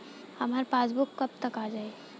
हमार पासबूक कब तक आ जाई?